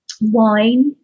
wine